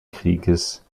krieges